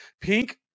Pink